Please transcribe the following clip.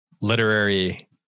literary